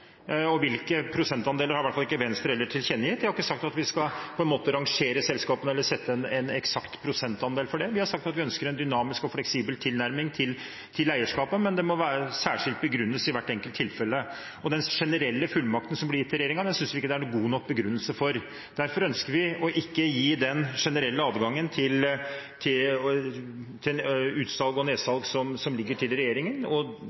gjort. Hvilke prosentandeler har i hvert fall heller ikke Venstre tilkjennegitt. Jeg har ikke sagt at vi skal rangere selskapene eller sette en eksakt prosentandel for dem. Vi har sagt at vi ønsker en dynamisk og fleksibel tilnærming til eierskapet, men det må særskilt begrunnes i hvert enkelt tilfelle. Den generelle fullmakten som blir gitt regjeringen, synes vi ikke det er god nok begrunnelse for. Derfor ønsker vi ikke å gi den generelle adgangen til utsalg og nedsalg som ligger til regjeringen, og